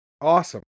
awesome